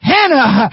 Hannah